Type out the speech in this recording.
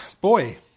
Boy